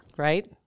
Right